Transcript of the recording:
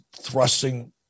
thrusting